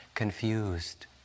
Confused